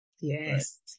Yes